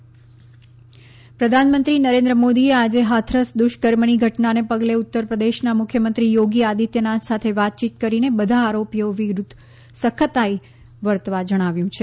UP Hathras પ્રધાનમંત્રી નરેન્દ્ર મોદીએ આજે હાથરસ દુષ્કર્મની ઘટનાને પગલે ઉત્તર પ્રદેશના મુખ્યમંત્રી યોગી આદિત્યનાથ સાથે વાતચીત કરીને બધા આરોપીઓ વિરુદ્ધ સખ્તાઇ વર્તવા જણાવ્યું છે